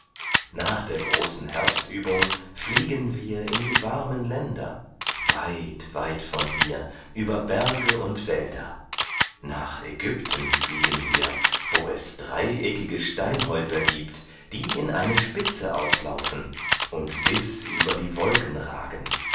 nach der großen herbstübung fliegen wir in die warmen länder weit weit von hier über berge und wälder nach ägypten fliegen wir wo es dreieckige steinhäuser giebt die in eine spitze auslaufen und bis über die wolken ragen